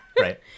Right